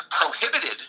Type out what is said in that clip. prohibited